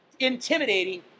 intimidating